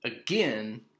Again